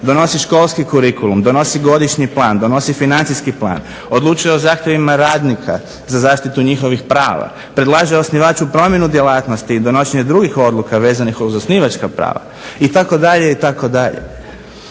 donosi školski kurikulum, donosi godišnji plan, donosi financijski plan, odlučuje o zahtjevima radnika za zaštitu njihovih prava, predlaže osnivaču promjenu djelatnosti i donošenje drugih odluka vezanih uz osnivačka prava itd.